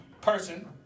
person